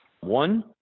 One